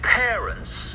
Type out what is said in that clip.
parents